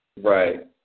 right